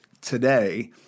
today